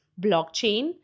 blockchain